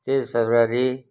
तेइस फेब्रुअरी